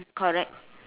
correct